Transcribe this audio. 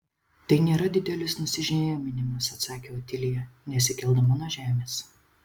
tai nėra didelis nusižeminimas atsakė otilija nesikeldama nuo žemės